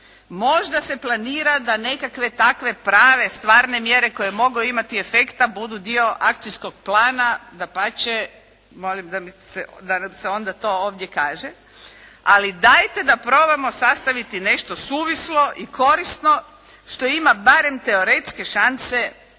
Možda se planira da nekakve takve prave stvarne mjere koje mogu imati efekta budu dio akcijskog plana. Dapače molim da mi se, da nam se onda to ovdje kaže, ali dajte da probamo sastaviti nešto suvislo i korisno što ima barem teoretske šanse faktički